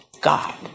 God